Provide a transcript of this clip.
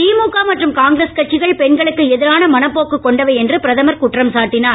திமுக மற்றும் காங்கிரஸ் கட்சிகள்இ பெண்களுக்கு எதிரான மனபோக்கு கொண்டவை என்றுஇ பிரதமர் குற்றம் சாட்டினார்